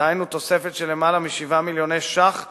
דהיינו תוספת של למעלה מ-7 מיליוני שקלים